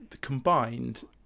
combined